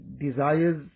desires